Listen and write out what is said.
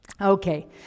Okay